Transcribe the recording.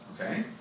Okay